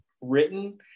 written